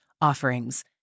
offerings